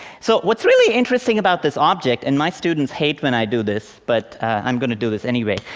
so what's really interesting about this object, and my students hate when i do this, but i'm going to do this anyway,